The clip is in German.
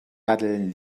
datteln